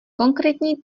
konkrétní